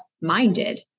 minded